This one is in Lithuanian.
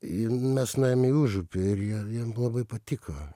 ir mes nuėjom į užupį ir ja jam labai patiko